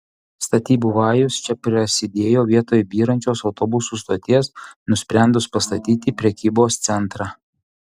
statybų vajus čia prasidėjo vietoj byrančios autobusų stoties nusprendus pastatyti prekybos centrą